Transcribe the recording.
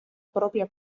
propria